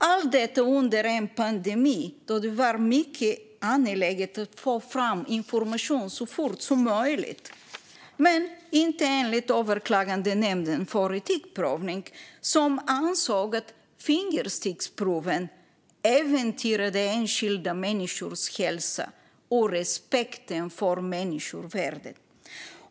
Detta skedde under en pandemi då det var mycket angeläget att få fram information så fort som möjligt - dock inte enligt Överklagandenämnden för etikprövning, som ansåg att fingersticksproven äventyrade enskilda människors hälsa och respekten för människovärdet.